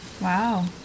Wow